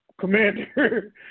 commander